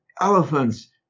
elephants